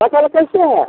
पटल कैसे है